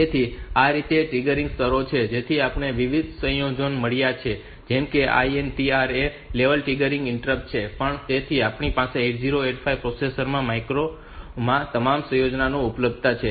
તેથી આ રીતે આ ટ્રિગરિંગ સ્તરો છે જેથી આપણને વિવિધ સંયોજનો મળ્યા છે જેમ કે INTR એ લેવલ ટ્રિગર્ડ ઇન્ટરપ્ટ પણ છે તેથી આપણી પાસે 8085 પ્રોસેસર માં માઇક્રોમાં આ તમામ સંયોજનો ઉપલબ્ધ છે